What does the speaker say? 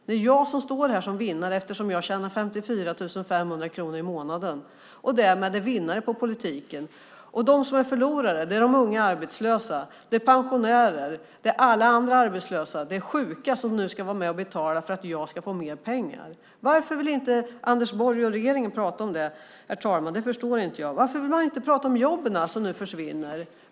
Det är jag som står här som vinnare eftersom jag tjänar 54 500 kronor i månaden och därmed vinner på politiken. De som är förlorare är de unga arbetslösa, pensionärer, alla andra arbetslösa och sjuka som ska betala för att jag ska få mer pengar. Varför vill inte Anders Borg och regeringen tala om det, herr talman? Jag förstår inte det. Varför vill man inte tala om de jobb som nu försvinner?